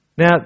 Now